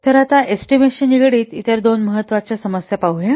तर आता एस्टीमेटशी निगडित इतर दोन महत्त्वाच्या समस्या पाहूया